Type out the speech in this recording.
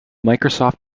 microsoft